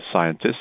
scientists